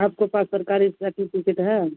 आपके पास सरकारी सर्टिफिकेट है